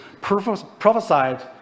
prophesied